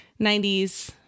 90s